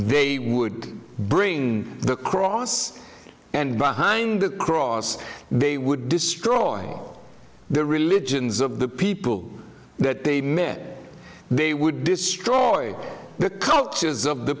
they would bring the cross and behind the cross they would destroy all the religions of the people that they met they would destroy the cultures of the